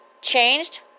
changed